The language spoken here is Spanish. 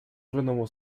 renovó